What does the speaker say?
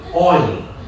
oil